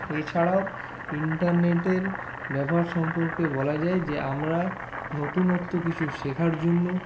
এছাড়াও ইন্টারনেটের ব্যবহার সম্পর্কে বলা যায় যে আমরা নতুনত্ত্ব কিছু শেখার জন্য